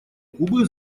кубы